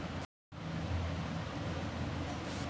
आय कर आ बिक्री कर सार्वजनिक वित्त के अवयव अछि